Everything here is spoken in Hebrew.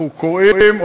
אנחנו קוראים,